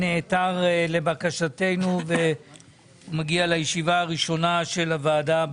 שנעתר לבקשתנו ומגיע לישיבה הראשונה של הוועדה,